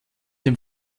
dem